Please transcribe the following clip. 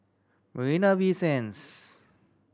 Marina Bay Sands